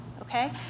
Okay